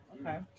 Okay